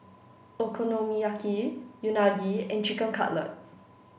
Okonomiyaki Unagi and Chicken Cutlet